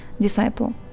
Disciple